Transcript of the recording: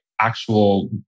actual